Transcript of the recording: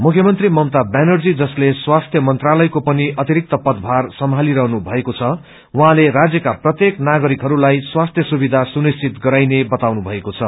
मुख्य मंत्री ममता व्यानर्जी जसले स्वास्थ्य मंत्रालयको पनि अतिरिक्त पदभार सम्झली रहनु भएको छ राज्यका प्रत्येक नागरिकहस्ताई स्वास्थ्य सुविधा सुनिश्चित गराइने बताउनुभएको छ